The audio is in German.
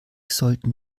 sollten